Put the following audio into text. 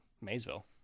Maysville